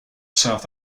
south